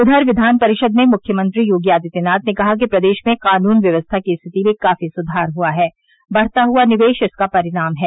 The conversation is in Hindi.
उधर विधान परिषद में मुख्यमंत्री योगी आदित्यनाथ ने कहा कि प्रदेश में कानून व्यवस्था की स्थिति में काफी सुधार हुआ है बढ़ता हुआ निवेश इसका परिणाम है